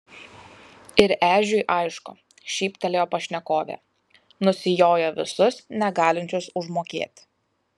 ir ežiui aišku šyptelėjo pašnekovė nusijoja visus negalinčius užmokėti